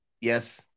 Yes